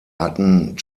hatten